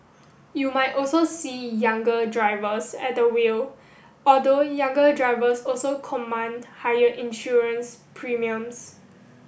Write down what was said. you might also see younger drivers at the wheel although younger drivers also command higher insurance premiums